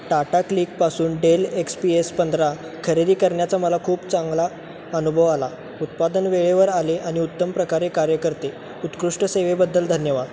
टाटा क्लिकपासून Dell X P S पंधरा खरेदी करण्याचा मला खूप चांगला अनुभव आला उत्पादन वेळेवर आले आणि उत्तम प्रकारे कार्य करते उत्कृष्ट सेवेबद्दल धन्यवाद